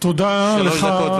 דקות.